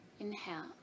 Inhale